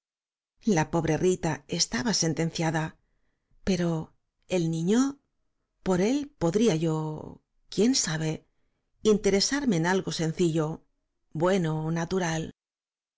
la pobre rita estaba sentenciada pero el niño por él podría y o quién sabe interesarme en algo sencillo bueno natura